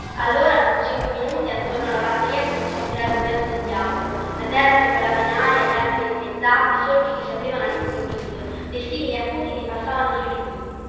allora dopo cinque minuti attorno alla batteria cominciò a tirare un vento del diavolo la terra che volava in aria gli alberi dimezzati solchi che si aprivano allimprovviso dei sibili acuti che passavano sui